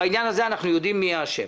בעניין הזה אנחנו יודעים מי האשם.